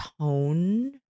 tone